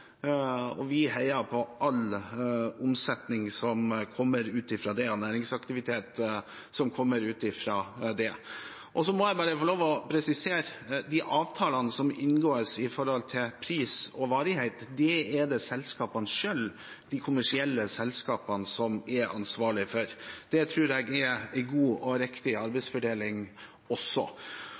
og vi heier på all omsetning fra næringsaktivitet som kommer fra det. Jeg må bare få lov til å presisere at de avtalene som inngås når det gjelder pris og varighet, er det selskapene selv, de kommersielle selskapene, som er ansvarlige for. Det tror jeg er en god og riktig arbeidsfordeling.